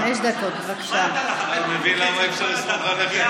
אתה מבין למה אי-אפשר לסמוך עליכם?